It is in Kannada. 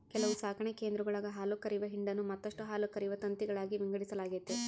ಕೆಲವು ಸಾಕಣೆ ಕೇಂದ್ರಗುಳಾಗ ಹಾಲುಕರೆಯುವ ಹಿಂಡನ್ನು ಮತ್ತಷ್ಟು ಹಾಲುಕರೆಯುವ ತಂತಿಗಳಾಗಿ ವಿಂಗಡಿಸಲಾಗೆತೆ